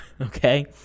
Okay